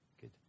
Good